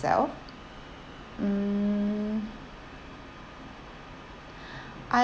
myself mm I